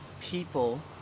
people